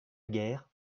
guerre